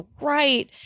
right